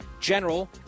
general